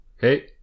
Hey